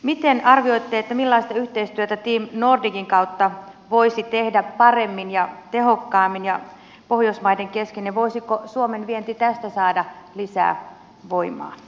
miten arvioitte millaista yhteistyötä team nordicin kautta voisi tehdä paremmin ja tehokkaammin pohjoismaiden kesken ja voisiko suomen vienti tästä saada lisää voimaa